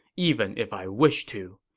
even if i wish to.